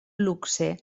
luxe